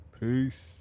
Peace